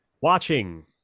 watching